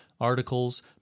articles